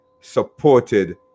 supported